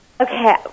Okay